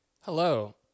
Hello